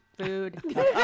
food